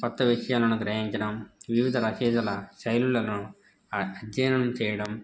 కొత్త విషయాలను గ్రహించడం వివిధ రచయితల శైలులను అ అధ్యయనం చేయడం